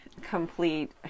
complete